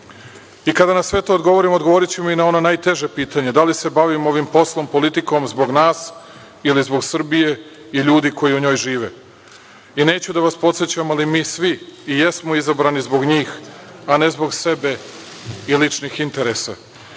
na sve to odgovorimo, odgovorićemo i na ono najteže pitanje – da li se bavimo ovim poslom, politikom, zbog nas ili zbog Srbije i ljudi koji u njoj žive? Neću da vas podsećam, ali mi svi i jesmo izabrani zbog njih, a ne zbog sebe i ličnih interesa.